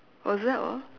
was that all